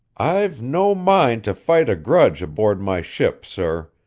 i've no mind to fight a grudge aboard my ship, sir.